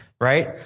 right